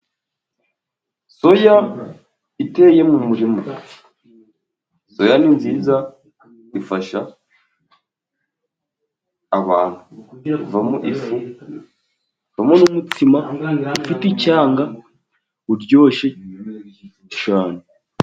Soya iteye mu murima, soya ni nziza ifasha abantu kuvamo ifu, ivamo n'umutsima ufite icyanga uryoshye cyane.